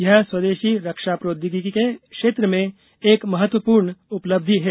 यह स्वदेशी रक्षा प्रौद्योगिकियों के क्षेत्र में एक महत्वपूर्ण उपलब्धि है